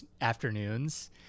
afternoons